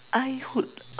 I would